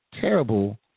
terrible